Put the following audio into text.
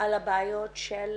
על הבעיות של